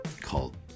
called